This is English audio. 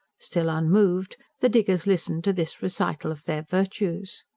still unmoved, the diggers listened to this recital of their virtues.